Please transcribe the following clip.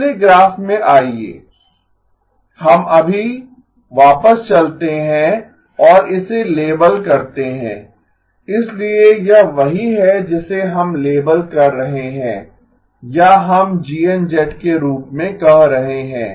पिछले ग्राफ में आइये हम अभी वापस चलते हैं और इसे लेबल करते हैं इसलिए यह वही है जिसे हम लेबल कर रहे हैं या हम GN के रूप में कह रहे हैं